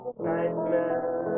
nightmare